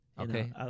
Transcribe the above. okay